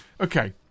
Okay